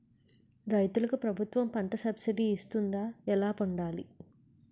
రైతులకు ప్రభుత్వం పంట సబ్సిడీ ఇస్తుందా? ఎలా పొందాలి?